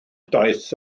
daeth